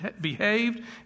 behaved